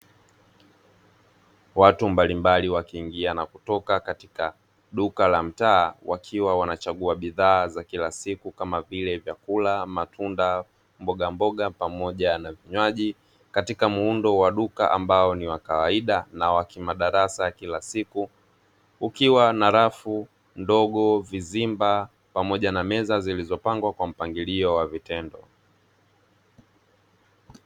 Watu mbalimbali wakiingia na kutoka katika duka la mtaa, wakiwa wanachagua bidhaa za kila siku kama vile, vyakula, matunda, mbogamboga pamoja na vinywaji, katika muundo wa duka ambao ni wa kawaida na wa kimadarasa kila siku, ukiwa na rafu ndogo, vizimba pamoja na meza zilizopangwa kwa mpangilio wa vitendo.